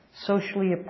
socially